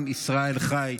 עם ישראל חי.